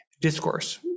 discourse